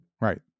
Right